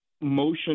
Motion